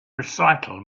recital